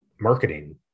marketing